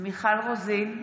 מיכל רוזין,